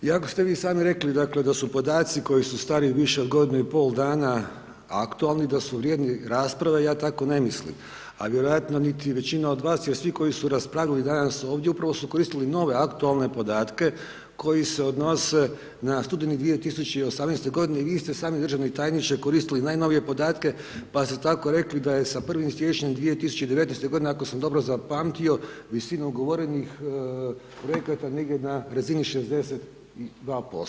Iako ste vi sami rekli dakle, da su podaci koji su stariji više od godinu i pol dana aktualni, da su vrijedni rasprave, ja tako ne mislim, a vjerojatno niti većina od vas jer svi koji su raspravljali danas ovdje upravo su koristili nove aktualne podatke koji se odnose na studeni 2018. godine, i vi ste sami državni tajniče koristili najnovije podatke pa ste tako rekli da je sa 1. siječnjem 2019. godine, ako sam dobro zapamtio, visinu ugovorenih projekata negdje na razini 62%